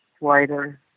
wider